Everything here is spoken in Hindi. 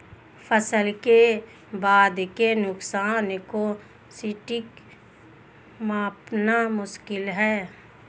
फसल के बाद के नुकसान को सटीक मापना मुश्किल है